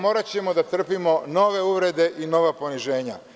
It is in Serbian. Moraćemo da trpimo nove uvrede i nova poniženja.